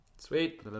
Sweet